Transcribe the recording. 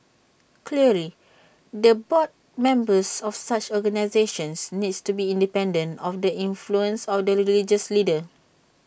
clearly the board members of such organisations needs to be independent of the influence of the religious leaders